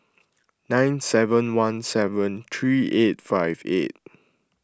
nine seven one seven three eight five eight